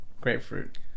Grapefruit